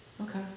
okay